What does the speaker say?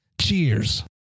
Cheers